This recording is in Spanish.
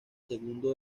segundo